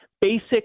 basic